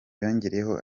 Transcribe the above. yongeraho